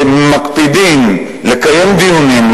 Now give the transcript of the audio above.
שמקפידים לקיים דיונים,